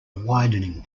widening